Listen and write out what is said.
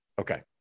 Okay